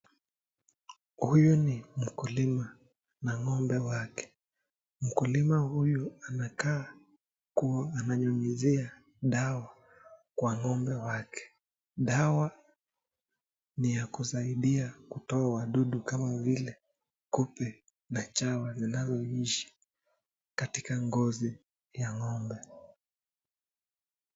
Huyu ni mkulima na ng'ombe wake mkulima huyu anakaa kuwa ananyunyizia dawa kwa ng'ombe wake. Dawa ni ya kusaidia kutoa wadudu kama vile kupe na chawa wanaoishi katika ngozi ya ng'ombe.